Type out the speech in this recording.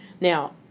Now